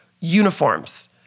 uniforms